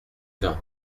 vin